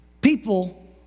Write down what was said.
people